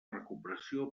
recuperació